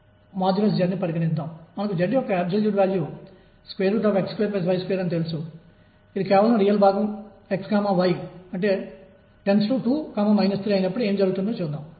bore నియమం ప్రకారం electron ఒక స్థాయి నుండి మరొక స్థాయికి దూకినప్పుడు అది వికిరణాన్ని ఇస్తుంది